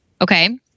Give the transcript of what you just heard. Okay